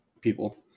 people